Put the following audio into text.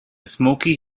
smoky